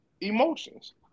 emotions